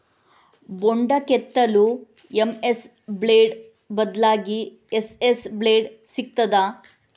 ಬೊಂಡ ಕೆತ್ತಲು MS blade ಬದ್ಲಾಗಿ ಎಸ್.ಎಸ್ ಬ್ಲೇಡ್ ಸಿಕ್ತಾದ?